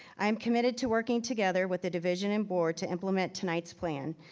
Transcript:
i'm committed to working together with the division and board to implement tonight's plan.